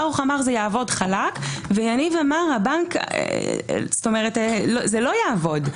ברוך אמר שזה יעבוד חלק ויניב אמר שזה לא יעבוד,